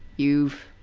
you've,